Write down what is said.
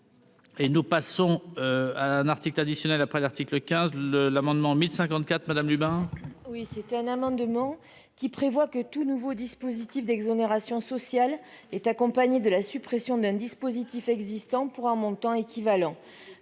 Et nous passons un article additionnel après l'article 15 le l'amendement 1054 madame Dubin. Oui, c'était un amendement qui prévoit que tout nouveau dispositif d'exonérations sociales est accompagnée de la suppression d'un dispositif existant, pour un montant équivalent,